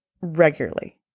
regularly